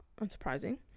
Unsurprising